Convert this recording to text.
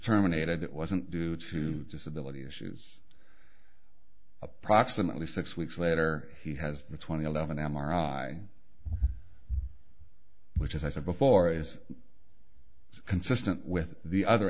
terminated it wasn't due to disability issues approximately six weeks later he has a twenty eleven m r i which as i said before is consistent with the other